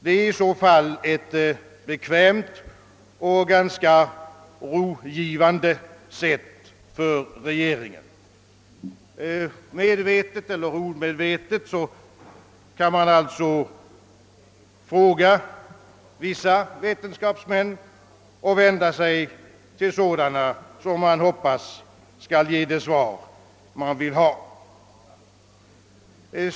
Det är i så fall bekvämt och ganska rogivande för regeringen. Medvetet eller omedvetet kan man alltså, när man tillfrågar vetenskapsmän om vissa saker, vända sig till dem som man hoppas skall ge det svar man vill ha.